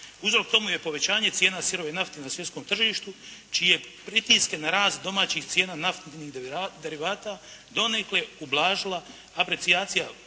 Uzrok tomu je povećanje cijena sirove nafte na svjetskom tržištu čije pritiske na rast domaćih cijena naftnih derivata donekle ublažila aprecijacija